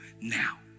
now